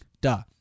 duh